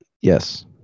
Yes